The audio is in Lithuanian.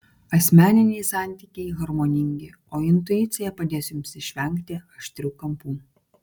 asmeniniai santykiai harmoningi o intuicija padės jums išvengti aštrių kampų